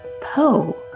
Poe